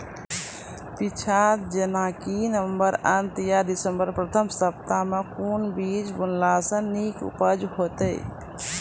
पीछात जेनाकि नवम्बर अंत आ दिसम्बर प्रथम सप्ताह मे कून बीज बुनलास नीक उपज हेते?